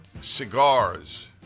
cigars